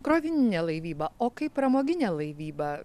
krovininė laivyba o kaip pramoginė laivyba